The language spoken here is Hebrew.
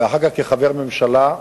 ואחר כך כחבר ממשלה,